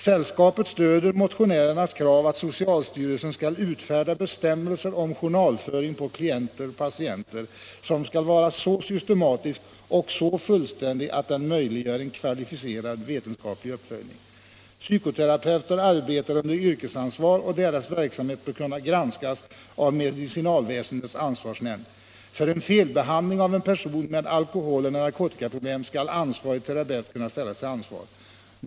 Sällskapet stöder motionärernas krav att socialstyrelsen skall utfärda bestämmelser om journalföring på klienter/patienter som skall vara så systematisk och så fullständig att den möjliggör en kvalificerad vetenskaplig uppföljning. Psykoterapeuter arbetar under yrkesansvar, och deras verksamhet bör kunna granskas av Medicinalväsendets ansvarsnämnd. För en behandling av en person med alkoholeller narkotikaproblem skall ansvarig terapeut kunna ställas till ansvar.